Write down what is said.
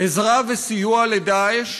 עזרה וסיוע ל"דאעש".